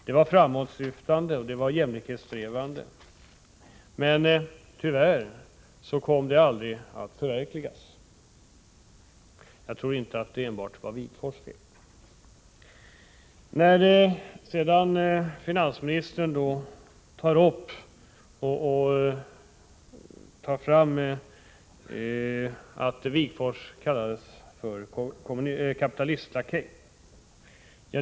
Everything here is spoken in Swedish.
Det var framsynt och jämlikhetssträvande — men tyvärr kom det aldrig att förverkligas. Jag tror inte att det var enbart Ernst Wigforss fel. Finansministern tar upp det faktum att Wigforss kallades kapitalistlakej.